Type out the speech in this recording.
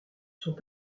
sont